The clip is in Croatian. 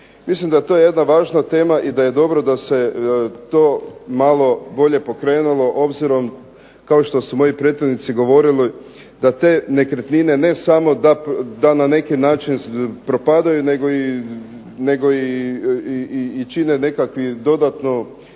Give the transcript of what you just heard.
Mislim da je to jedna važna tema i da je dobro da se to malo bolje pokrenulo obzirom, kao što su moji prethodnici govorili, da te nekretnine ne samo da na neki način propadaju nego i čine nekakvu dodatnu